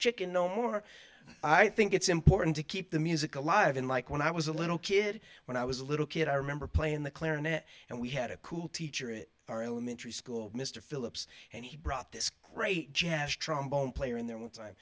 chicken no more i think it's important to keep the music alive in like when i was a little kid when i was a little kid i remember playing the clarinet and we had a cool teacher it our elementary school mr phillips and he brought this great jazz trombone player in there one time